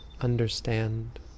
understand